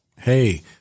hey